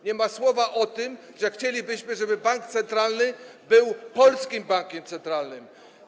Nie ma słowa o tym, że chcielibyśmy, żeby bank centralny był polskim bankiem centralnym.